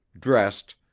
dressed,